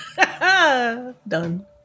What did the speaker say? done